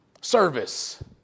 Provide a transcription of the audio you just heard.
Service